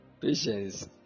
Patience